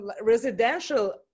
residential